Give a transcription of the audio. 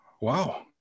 Wow